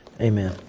Amen